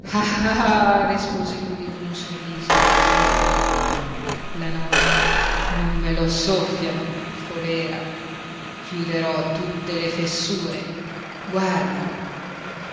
rispose lui con un sorriso ebete la notte non me lo soffiano il colèra chiuderò tutte le fessure guarda